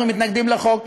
אנחנו מתנגדים לחוק,